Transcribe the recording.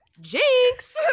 jinx